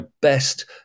best